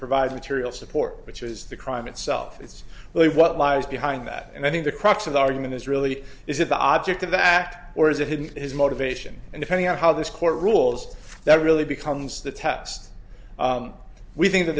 provide material support which is the crime itself it's well what lies behind that and i think the crux of the argument is really is that the object of the act or is it him his motivation and depending on how this court rules that really becomes the test we think that